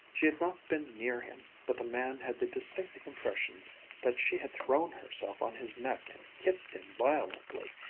she had not been near him, but the man had the distinct impression that she had thrown herself on his neck and kissed him violently,